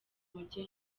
mujye